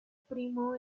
primo